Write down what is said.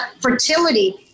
fertility